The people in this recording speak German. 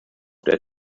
der